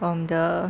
from the